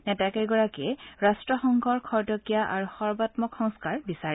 নেতা কেইগৰাকীয়ে ৰাষ্ট্ৰসংঘৰ খৰতকীয়া আৰু সৰ্বাঘক সংস্কাৰ আশা কৰে